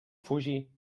fugir